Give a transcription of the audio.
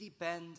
depend